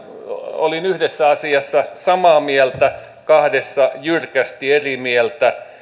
olin yhdessä asiassa samaa mieltä kahdessa jyrkästi eri mieltä